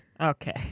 Okay